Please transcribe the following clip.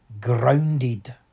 grounded